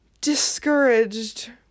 discouraged